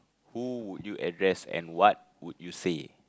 who would you address and what would you say